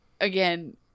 again